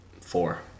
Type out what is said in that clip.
four